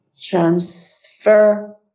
transfer